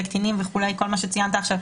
קטינים וכל מה שציינת עכשיו,